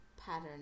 pattern